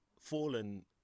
fallen